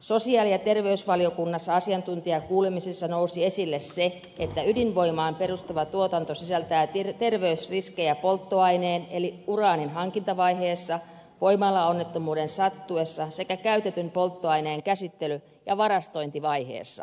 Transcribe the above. sosiaali ja terveysvaliokunnassa asiantuntijakuulemisissa nousi esille se että ydinvoimaan perustuva tuotanto sisältää terveysriskejä polttoaineen eli uraanin hankintavaiheessa voimalaonnettomuuden sattuessa sekä käytetyn polttoaineen käsittely ja varastointivaiheessa